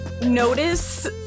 notice